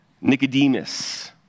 Nicodemus